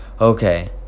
okay